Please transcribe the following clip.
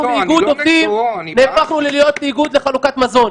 אנחנו מאיגוד עובדים הפכנו להיות איגוד לחלוקת מזון.